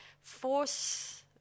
force